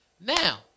Now